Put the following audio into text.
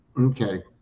okay